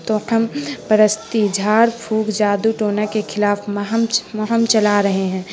توہم پرستی جھاڑ پھونک جادو ٹونا کے خلاف مہم مہم چلا رہے ہیں